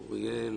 אוריאל,